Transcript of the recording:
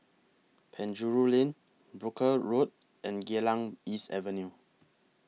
Penjuru Lane Brooke Road and Geylang East Avenue